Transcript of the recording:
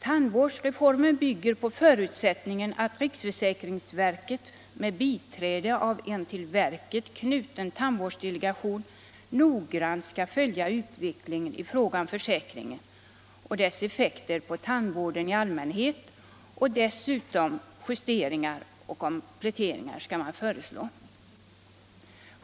Tandvårdsreformen bygger på förutsättningen att riksförsäkringsverket med biträde av en till verket knuten lundvårdådelegalion noöggrant skall följa utvecklingen i fråga om försäkringen och dess elfekter på tandvården i allmänhet. Dessutom skall man föreslå justeringar och kompletteringar.